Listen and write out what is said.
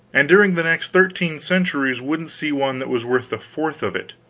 and during the next thirteen centuries wouldn't see one that was worth the fourth of it.